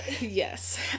Yes